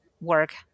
work